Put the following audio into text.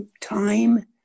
time